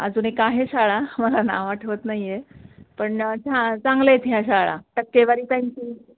अजून एक आहे शाळा मला नाव आठवत नाही आहे पण छा चांगले आहेत ह्या शाळा टक्केवारी त्यांची